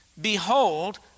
behold